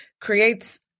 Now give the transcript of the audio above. creates